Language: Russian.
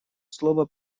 слово